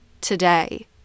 today